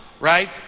right